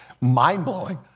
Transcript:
mind-blowing